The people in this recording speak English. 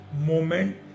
moment